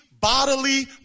bodily